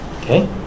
okay